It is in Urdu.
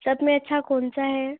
سب میں اچھا کون سا ہے